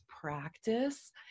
practice